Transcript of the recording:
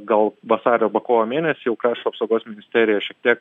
gal vasario kovo mėnesį jau krašto apsaugos ministerija šiek tiek